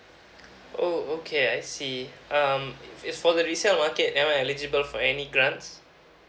oh okay I see um is it for the resale market am I eligible for any grants